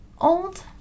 old